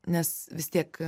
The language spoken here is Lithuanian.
nes vis tiek